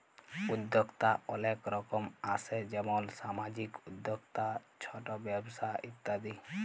উদ্যক্তা অলেক রকম আসে যেমল সামাজিক উদ্যক্তা, ছট ব্যবসা ইত্যাদি